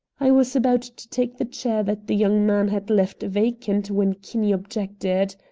i was about to take the chair that the young man had left vacant when kinney objected.